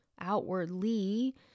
outwardly